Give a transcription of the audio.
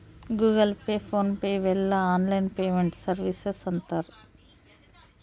Google Pay PhonePe ಇವೆಲ್ಲ online payment services ಅಂತರ್